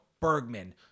Bergman